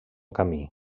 camí